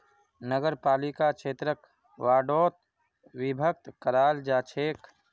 नगरपालिका क्षेत्रक वार्डोत विभक्त कराल जा छेक